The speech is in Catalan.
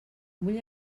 vull